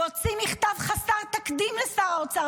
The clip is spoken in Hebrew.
הוא הוציא מכתב חסר תקדים לשר האוצר,